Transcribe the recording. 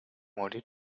morir